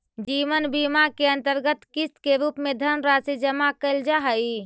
जीवन बीमा के अंतर्गत किस्त के रूप में धनराशि जमा कैल जा हई